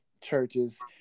churches